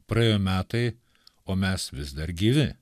praėjo metai o mes vis dar gyvi